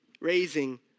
raising